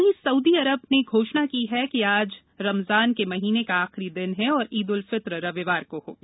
वहीं Saudi Arab ने घोषणा की है कि आज रमजान के महीने का आखिरी दिन है और ईद उल फित्र रविवार को होगी